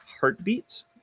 heartbeats